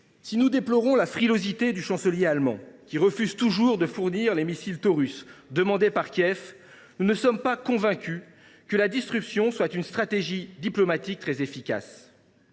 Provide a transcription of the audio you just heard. Si nous déplorons la frilosité du chancelier allemand, qui refuse toujours de fournir les missiles Taurus demandés par Kiev, nous ne sommes pas non plus convaincus que la disruption soit une stratégie diplomatique très efficace.